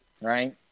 right